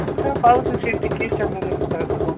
ପଇସା ପାଉଛୁ ସେମିତି କିସ୍ଟା ମନେ ପକାଇବୁ କହ